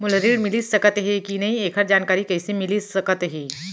मोला ऋण मिलिस सकत हे कि नई एखर जानकारी कइसे मिलिस सकत हे?